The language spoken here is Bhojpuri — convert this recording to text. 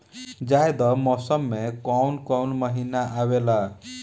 जायद मौसम में काउन काउन महीना आवेला?